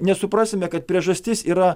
nesuprasime kad priežastis yra